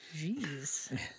Jeez